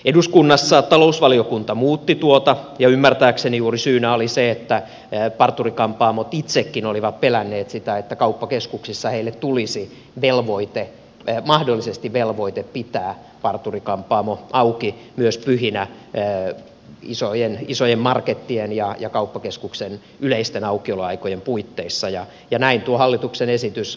eduskunnassa talousvaliokunta muutti tuota ja ymmärtääkseni syynä oli juuri se että parturi kampaamot itsekin olivat pelänneet sitä että kauppakeskuksissa heille tulisi mahdollisesti velvoite pitää parturi kampaamo auki myös pyhinä isojen markettien ja kauppakeskuksen yleisten aukioloaikojen puitteissa ja näin tuo hallituksen esitys muuttui täällä